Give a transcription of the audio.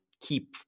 keep